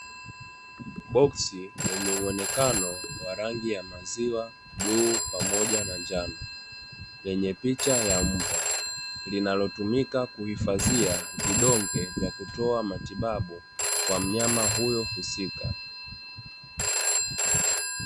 Boksi lenye muonekano wa rangi ya maziwa, bluu pamoja na njano, lenye picha ya mbwa. Linalotumika kuhifadhia vidonge vya kutoa matibabu, kwa mnyama huyo husika.